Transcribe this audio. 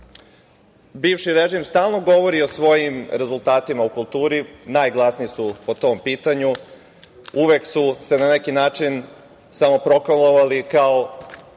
bivši režim stalno govori o svojim rezultatima u kulturi, najglasniji su po tom pitanju, uvek su se na neki način samoproklamovali, kao